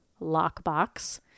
lockbox